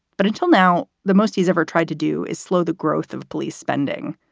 but until now, the most he's ever tried to do is slow the growth of police spending.